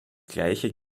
gleiche